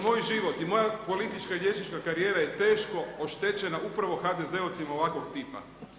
Dakle moj život i moja politička i liječnička karijera je teško oštećena upravo HDZ-ovcima ovakvog tipa.